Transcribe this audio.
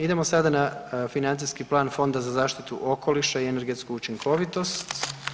Idemo sada na Financijski plan Fonda za zaštitu okoliša i energetsku učinkovitost.